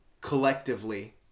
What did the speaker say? collectively